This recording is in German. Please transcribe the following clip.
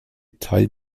teil